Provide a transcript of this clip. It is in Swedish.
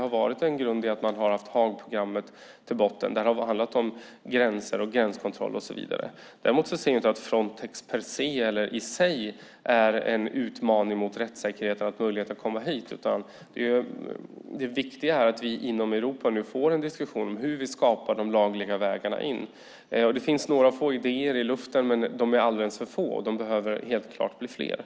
Man har haft Haagprogrammet till botten där det handlat om gränser, gränskontroll och så vidare. Däremot ser jag inte att Frontex per se, eller i sig, är en utmaning mot rättssäkerheten och möjligheten att komma hit. Det viktiga är att vi nu inom Europa får en diskussion om hur vi skapar de lagliga vägarna in. Det finns några idéer i luften, men de är alldeles för få. De behöver helt klart bli fler.